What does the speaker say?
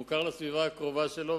הוא מוכר לסביבה הקרובה שלו,